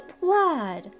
word